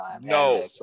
No